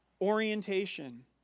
orientation